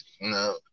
No